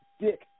Dick